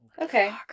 Okay